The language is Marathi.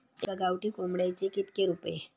एका गावठी कोंबड्याचे कितके रुपये?